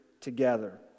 together